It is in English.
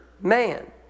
man